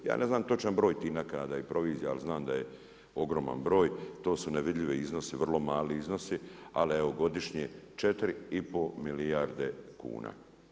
Ja ne znam točan broj tih naknada i provizija, ali znam da je ogroman broj, to su nevidljivi iznosi, vrlo mali iznosi, ali evo godišnje, 4,5 milijarde kuna.